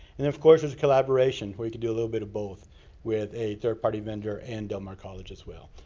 and then, of course, there's a collaboration where you could do a little bit of both with a third party vendor and del mar college, as well.